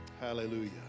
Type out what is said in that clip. Hallelujah